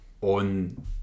on